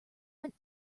went